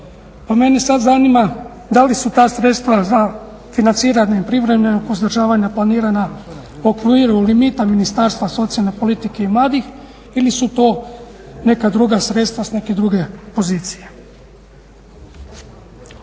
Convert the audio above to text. Pa mene sada zanima da li su ta sredstva za financiranje privremenog uzdržavanja planirana u okviru limita Ministarstva socijalne politike i mladih ili su to neka druga sredstva s neke druge pozicije.